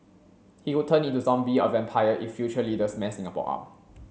he could turn into zombie or vampire if future leaders mess Singapore up